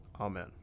Amen